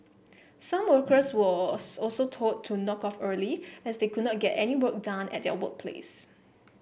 some workers were also told to knock off early as they could not get any work done at their workplace